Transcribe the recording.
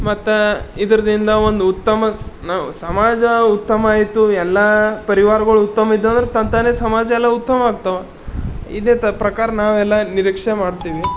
ಮತ್ತು ಇದ್ರದಿಂದ ಒಂದು ಉತ್ತಮ ನಾವು ಸಮಾಜ ಉತ್ತಮ ಆಯಿತು ಎಲ್ಲ ಪರಿವಾರ್ಗಳ್ ಉತ್ತಮವಿದ್ದು ಅಂದ್ರೆ ತಂತಾನೆ ಸಮಾಜ ಎಲ್ಲ ಉತ್ತಮವಾಗ್ತವೆ ಇದೇ ತ ಪ್ರಕಾರ ನಾವೆಲ್ಲ ನಿರೀಕ್ಷೆ ಮಾಡ್ತೀವಿ